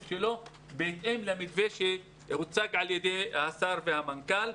שלו בהתאם למתווה שהוצג על ידי השר והמנכ"ל.